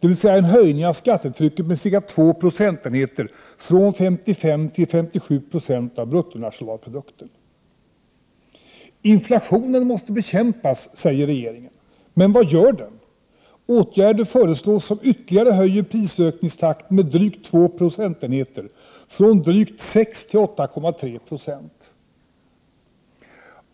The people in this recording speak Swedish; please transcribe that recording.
dvs. en höjning av skattetrycket med ca 2 procentenheter från 55 till 57 90 av bruttonationalprodukten. Inflationen måste bekämpas, säger regeringen. Men vad gör regeringen? Åtgärder föreslås som ytterligare höjer prisökningstakten med drygt 2 procentenheter från drygt 6 till 8,3 96.